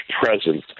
presence